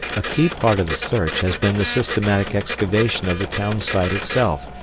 a key part of the search has been the systematic excavation of the townsite itself,